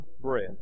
bread